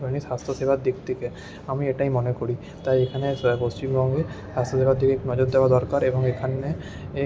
স্বাস্থ্যসেবার দিক থেকে আমি এটাই মনে করি তাই এখানে পশ্চিমবঙ্গে স্বাস্থ্যসেবার দিকে নজর দেওয়া দরকার এবং এখানে